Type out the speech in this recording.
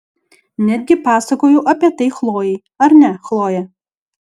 netgi pasakojau apie tai chlojei ar ne chloje